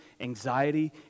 anxiety